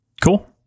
cool